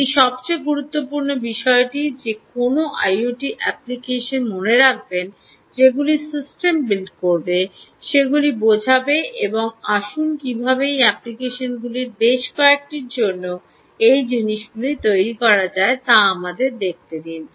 এটি সবচেয়ে গুরুত্বপূর্ণ বিষয়টি যে কোনও আইওটি অ্যাপ্লিকেশনটিকে মনে রাখবেন যেগুলি সিস্টেম বিল্ড করবে সেগুলি বোঝবে এবং আসুন কীভাবে এই অ্যাপ্লিকেশনগুলির বেশ কয়েকটির জন্য এই জিনিসগুলি তৈরি করা যায় তা আমাদের দেখতে দিন